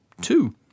Two